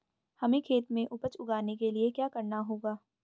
हमें खेत में उपज उगाने के लिये क्या करना होगा?